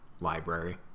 library